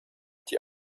die